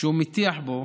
כשהוא מטיח בו